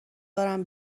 برم